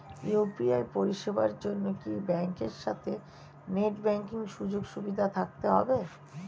UPI পরিষেবার জন্য কি ব্যাংকের সাথে নেট ব্যাঙ্কিং সুযোগ সুবিধা থাকতে হবে?